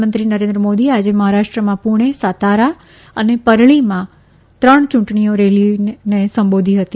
પ્રધાનમંત્રી નરેન્દ્ર મોદી આજે મહારાષ્ટ્રમાં પુણે સાતારા અને પરળીમાં ત્રણ યુંટણી રેલીઓ સંબોધી હતી